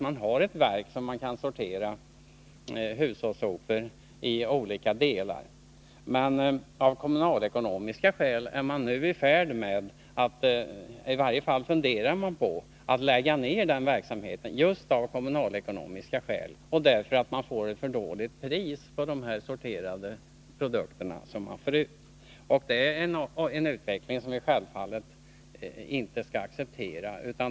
Man har ett verk där man kan sortera hushållssopor, men där är man nu i färd med — i varje fall funderar man på — att lägga ned den verksamheten, just av kommunalekonomiska skäl och därför att man får för dåligt pris för de sorterade produkterna. Det är en utveckling som vi självfallet inte skall acceptera.